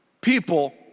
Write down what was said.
people